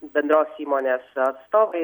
bendros įmonės atstovai